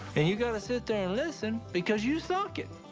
and you gotta sit there and listen because you sunk it.